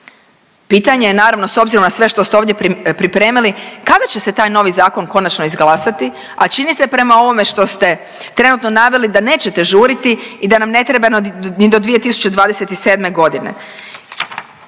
Pitanje je naravno s obzirom na sve što ste ovdje pripremili kada će se taj novi zakon konačno izglasati, a čini se prema ovome što ste trenutno naveli da nećete žuriti i da nam ne treba ni do 2027.g..